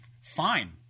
fine